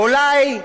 אולי,